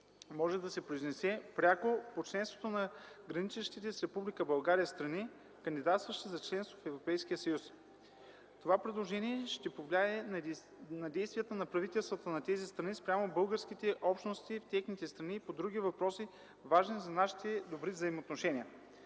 може да се произнесе пряко по членството на граничещите с Република България страни, кандидатстващи за членство в Европейския съюз. Това предложение ще повлияе на действията на правителствата на тези страни спрямо българските общности в техните страни и по други въпроси, важни за нашите добри взаимоотношения.